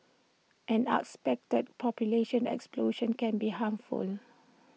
an unexpected population explosion can be harmful